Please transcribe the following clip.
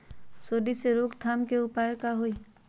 सूंडी के रोक थाम के उपाय का होई?